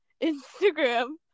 Instagram